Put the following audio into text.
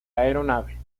aeronave